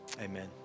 amen